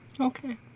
Okay